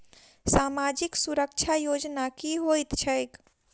सामाजिक सुरक्षा योजना की होइत छैक?